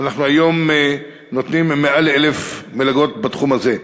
ואנחנו היום נותנים מעל ל-1,000 מלגות בתחום הזה.